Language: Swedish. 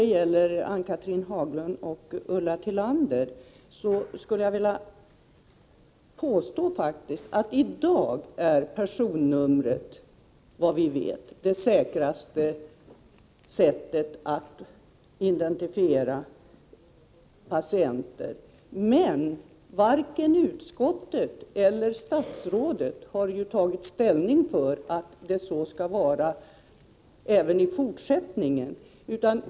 Till Ann-Cathrine Haglund och Ulla Tillander vill jag säga att personnumret i dag är det säkraste sättet att identifiera patienter. Men varken utskottet eller statsrådet har ju tagit ställning för att det så skall vara även i fortsättningen.